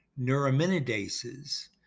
neuraminidases